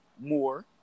more